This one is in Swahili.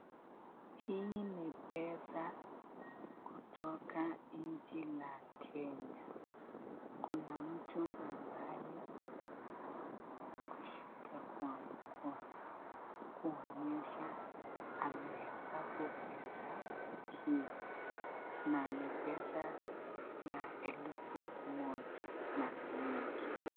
Hii ni pesa kutoka inchi la Kenya. Kuna mtu ambaye ameweza kushika kwa mkono kuonyesha amehesabu pesa hii na ni pesa ya elfu moja na ni mingi.